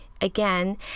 again